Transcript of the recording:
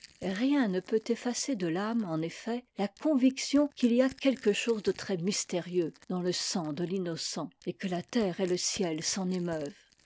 rien ne peut effacer de l'âme en effet la conviction qu'il y a quelque chose de très mystérieux dans le sang de l'innocent et que la terre et le ciel s'en